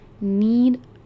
need